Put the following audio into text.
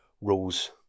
rules